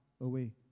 away